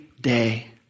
day